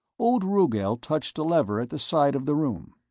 old rugel touched a lever at the side of the room.